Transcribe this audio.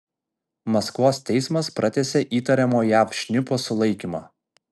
maskvos teismas pratęsė įtariamo jav šnipo sulaikymą